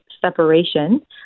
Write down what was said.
separation